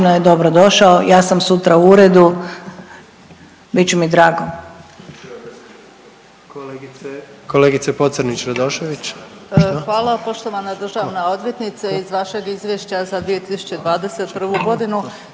dobro došao. Ja sam sutra u uredu, bit će mi drago.